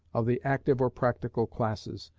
of the active or practical classes,